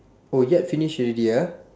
oh yat finish already ah